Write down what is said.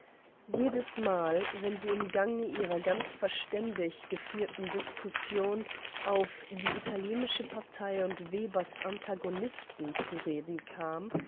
jedesmal wenn sie im gange ihrer ganz verständig geführten discussion auf die italienische partei und weber's antagonisten zu reden kam